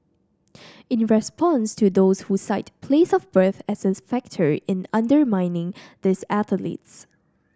in response to those who cite place of birth as a factor in undermining these athletes